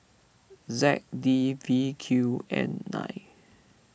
Z D V Q N nine